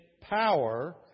power